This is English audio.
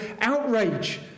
outrage